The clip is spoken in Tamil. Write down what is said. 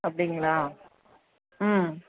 அப்படிங்களா ம்